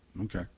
Okay